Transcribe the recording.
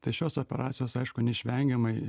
tai šios operacijos aišku neišvengiamai